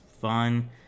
fun